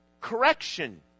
correction